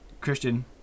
christian